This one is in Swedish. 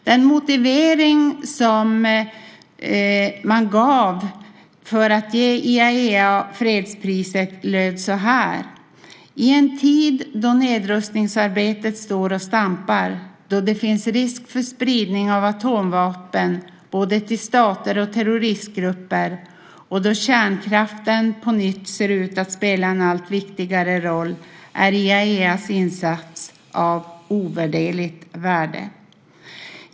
Den motivering som man gav för att ge IAEA fredspriset löd så här: "I en tid då nedrustningsarbetet står och stampar, då det finns risk för spridning av atomvapen både till stater och terroristgrupper, och då kärnkraften på nytt ser ut att spela en allt viktigare roll, är IAEA:s insats av ovärderlig betydelse."